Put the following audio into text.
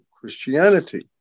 Christianity